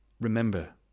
remember